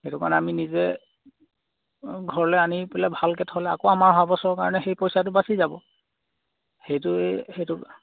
সেইটো কাৰণে আমি নিজে ঘৰলৈ আনি পেলাই ভালকৈ থ'লে আকৌ আমাৰ অহাবছৰ কাৰণে সেই পইচাটো বাছি যাব সেইটোৱে সেইটো